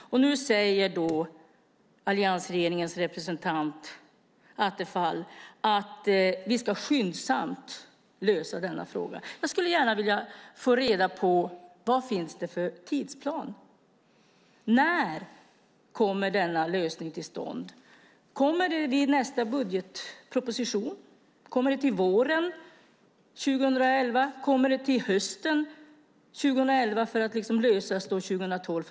Nu säger alliansregeringens representant, Stefan Attefall, att man skyndsamt ska lösa denna fråga. Jag skulle vilja veta vad det finns för tidsplan. När kommer lösningen till stånd? Kommer det i nästa budgetproposition? Kommer det till våren 2011? Kommer det till hösten 2011 för en lösning under 2012?